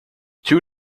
two